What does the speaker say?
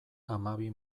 hamabi